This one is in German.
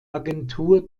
agentur